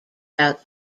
about